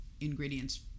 ingredients